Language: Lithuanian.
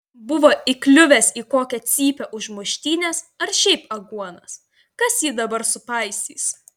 buvo įkliuvęs į kokią cypę už muštynes ar šiaip aguonas kas jį dabar supaisys